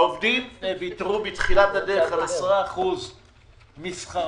העובדים ויתרו בתחילת הדרך על 10% משכרם,